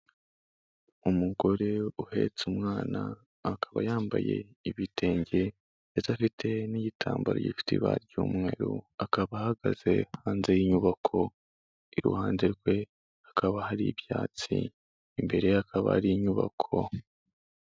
Umugore uhetse umwana akaba yambaye ibitenge ndetse afite n'igitambaro gifite ibara ry'umweru akaba ahagaze hanze y'inyubako, iruhande rwe hakaba hari ibyatsi imbere hakaba hari inyubako.